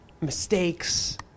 mistakes